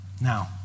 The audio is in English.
Now